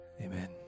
amen